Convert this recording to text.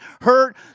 hurt